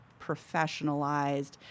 professionalized